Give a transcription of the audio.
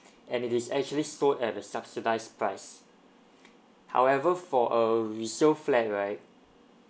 and it is actually sold at the subsidized price however for a resale flat right